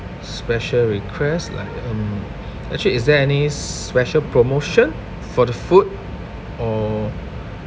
special request like um actually is there any special promotion for the food or